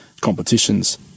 competitions